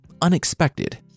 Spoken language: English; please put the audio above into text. unexpected